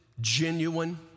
genuine